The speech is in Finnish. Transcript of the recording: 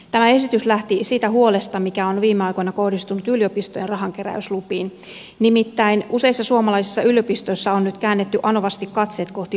tämä esitys lähti siitä huolesta mikä on viime aikoina kohdistunut yliopistojen rahankeräyslupiin nimittäin useissa suomalaisissa yliopistoissa on nyt käännetty anovasti katseet kohti valtiota